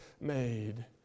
made